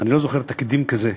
אני לא זוכר תקדים כזה,